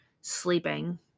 sleeping